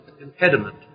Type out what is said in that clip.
impediment